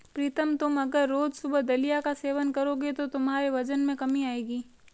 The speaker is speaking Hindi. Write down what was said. प्रीतम तुम अगर रोज सुबह दलिया का सेवन करोगे तो तुम्हारे वजन में कमी आएगी